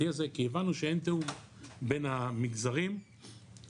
הזה כי הבנו שאין תיאום בין המגזרים ואמרנו,